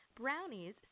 brownies